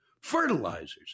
fertilizers